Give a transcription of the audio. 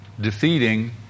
defeating